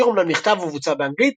השיר אמנם נכתב ובוצע באנגלית,